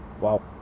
Wow